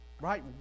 right